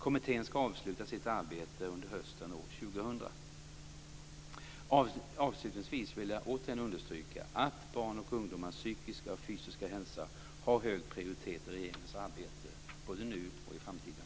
Kommittén ska avsluta sitt arbete under hösten år Avslutningsvis vill jag återigen understryka att barns och ungdomars psykiska och fysiska hälsa har hög prioritet i regeringens arbete, både nu och i framtiden.